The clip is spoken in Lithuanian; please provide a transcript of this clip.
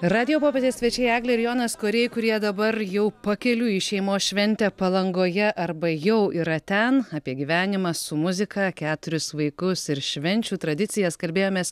radijo popietės svečiai eglė ir jonas koriai kurie dabar jau pakeliui į šeimos šventę palangoje arba jau yra ten apie gyvenimą su muzika keturis vaikus ir švenčių tradicijas kalbėjomės